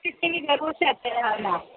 શીશીની જરૂર છે અત્યારે હાલમાં